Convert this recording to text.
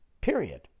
period